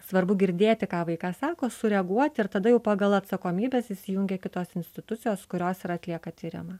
svarbu girdėti ką vaikas sako sureaguot ir tada jau pagal atsakomybes įsijungia kitos institucijos kurios ir atlieka tyrimą